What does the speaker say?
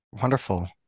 Wonderful